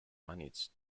manages